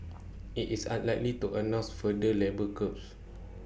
IT is unlikely to announce further labour curbs